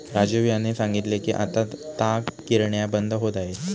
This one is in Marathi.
राजीव यांनी सांगितले की आता ताग गिरण्या बंद होत आहेत